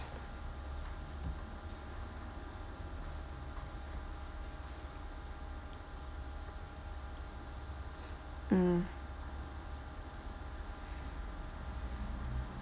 mm